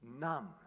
numb